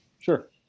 Sure